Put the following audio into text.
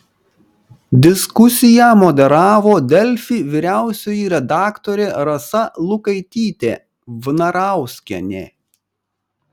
diskusiją moderavo delfi vyriausioji redaktorė rasa lukaitytė vnarauskienė